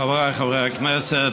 חבריי חברי הכנסת,